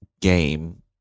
game